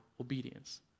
obedience